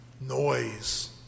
noise